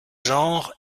genres